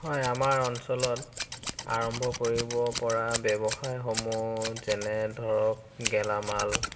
হয় আমাৰ অঞ্চলত আৰম্ভ কৰিব পৰা ব্যৱসায়সমূহ যেনে ধৰক গেলামাল